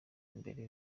mbere